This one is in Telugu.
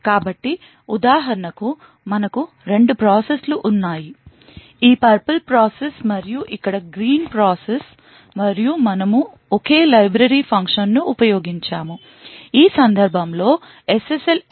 కాబట్టి ఉదాహరణకు మనకు రెండు ప్రాసెస్ లు ఉన్నాయి ఈ purple ప్రాసెస్ మరియు ఇక్కడ green ప్రాసెస్ మరియు మనము ఒకే లైబ్రరీ ఫంక్షన్ను ఉపయోగించాము ఈ సందర్భం లో SSL encryption